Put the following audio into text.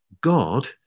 God